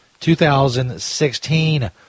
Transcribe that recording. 2016